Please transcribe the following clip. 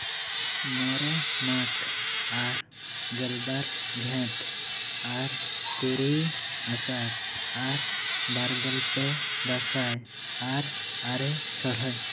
ᱢᱚᱬᱮ ᱢᱟᱜᱽ ᱟᱨ ᱜᱮᱞᱵᱟᱨ ᱡᱷᱮᱸᱴ ᱟᱨ ᱛᱩᱨᱩᱭ ᱟᱥᱟᱲ ᱟᱨ ᱵᱟᱨ ᱜᱮᱞ ᱯᱮ ᱫᱟᱸᱥᱟᱭ ᱟᱨ ᱟᱨᱮ ᱥᱚᱦᱨᱟᱭ